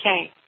okay